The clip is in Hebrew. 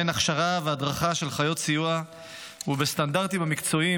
ובהן הכשרה והדרכה של חיות סיוע ובסטנדרטים המקצועיים